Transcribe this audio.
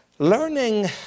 Learning